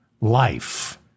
life